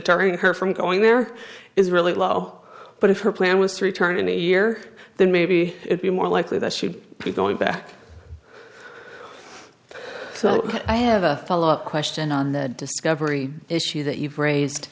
ring her from going there is really low but if her plan was to return in a year then maybe it be more likely that she paid going back so i have a follow up question on the discovery issue that you've raised